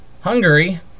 Hungary